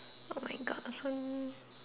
hmm